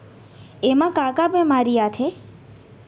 एमा का का बेमारी आथे?